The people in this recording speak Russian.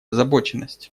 озабоченность